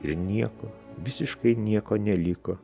ir nieko visiškai nieko neliko